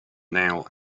now